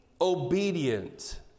obedient